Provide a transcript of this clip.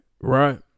Right